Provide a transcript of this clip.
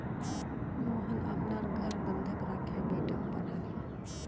मोहन अपनार घर बंधक राखे बेटाक पढ़ाले